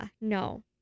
no